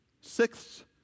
Sixth